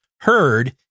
heard